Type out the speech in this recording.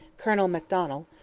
colonel macdonell,